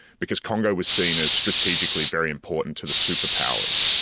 because congo was seen as strategically very important to the superpowers.